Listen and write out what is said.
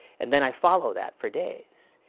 and then i follow that for days.